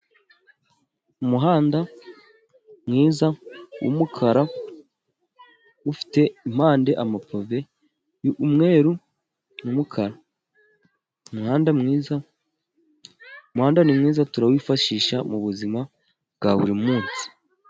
Umuhanda mwiza w'umukara ufite impande amapave y'umweru n'umukara. Umuhanda ni mwiza turawifashisha mu buzima bwa buri munsi.